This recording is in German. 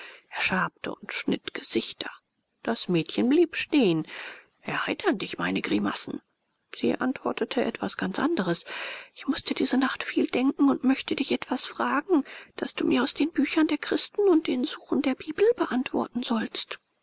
er schabte und schnitt gesichter das mädchen blieb stehen erheitern dich meine grimassen sie antwortete etwas ganz anderes ich mußte diese nacht viel denken und möchte dich etwas fragen das du mir aus den büchern der christen und den suren der bibel beantworten sollst